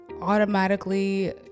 automatically